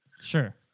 Sure